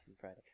Friday